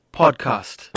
podcast